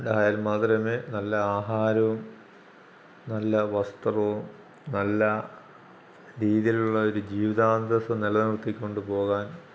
ഉണ്ടായാൽ മാത്രമേ നല്ല ആഹാരവും നല്ല വസ്ത്രവും നല്ല രീതിലുള്ള ഒരു ജീവിതാന്തസ്സും നിലനിർത്തികൊണ്ട് പോകാൻ